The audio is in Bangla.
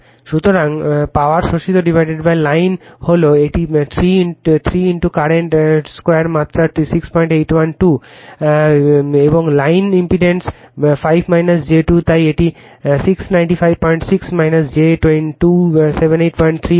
সুতরাং পাওয়ার শোষিত লাইন হল এটি 3 বর্তমান 2 মাত্রা 681 2 এবং লাইন ইম্পিডেন্স 5 j 2 তাই এটি 6956 j 2783 আসছে